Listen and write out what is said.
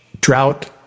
drought